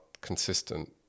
consistent